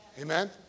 Amen